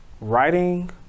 writing